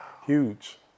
Huge